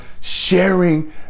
sharing